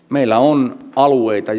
meillä on alueita